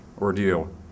ordeal